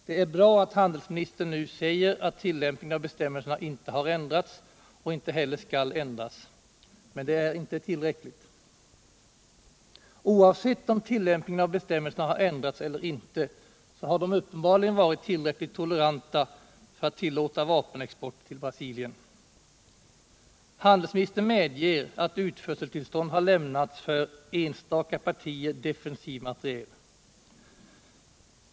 Det är bra att handelsministern nu säger att tillämpningen av bestämmelserna inte har ändrats och inte heller skall ändras. Men det är inte tillräckligt. Oavsett om tillämpningen av bestämmelserna har ändrats eller inte har de uppenbarligen varit tillräckligt toleranta för att tillåta vapenexport till Brasilien. Handelsministern medger att utförseltillstånd har lämnats för ”enstaka partier defensiv materiel”.